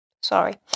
Sorry